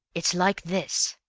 it's like this,